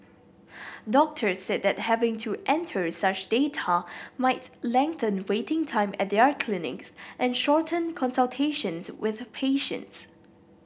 doctors said that having to enter such data might lengthen waiting time at their clinics and shorten consultations with patients